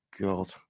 god